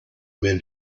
men